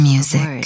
Music